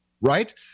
Right